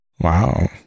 wow